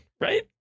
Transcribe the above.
right